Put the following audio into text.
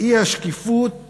לאי-שקיפות